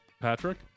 Patrick